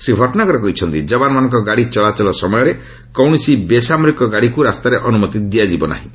ଶ୍ରୀ ଭଟନାଗର କହିଛନ୍ତି ଯବାନମାନଙ୍କ ଗାଡ଼ି ଚଳାଚଳ ସମୟରେ କୌଣସି ବେସାମରିକ ଗାଡ଼ିକୁ ରାସ୍ତାରେ ଅନୁମତି ଦିଆଯିବ ନାହିଁ